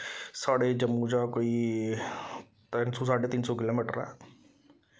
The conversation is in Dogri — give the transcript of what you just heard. साढ़े जम्मू शा कोई तिन्न सौ साड्डे तिन्न सौ किलोमीटर ऐ